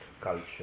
culture